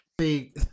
see